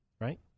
right